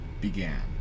began